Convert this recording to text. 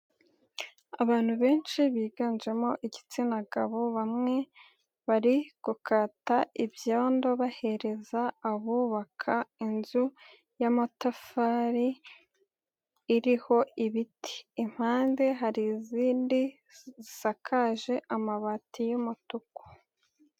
Abantu benshi biganjemo igitsina gabo bamwe bari gukata ibyondo bahereza abubaka inzu y'amatafari iriho ibiti. Impande hari izindi zisakaje amabati y'umutuku.